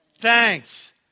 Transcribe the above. thanks